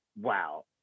wow